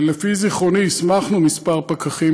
לפי זיכרוני כבר הסמכנו כמה פקחים.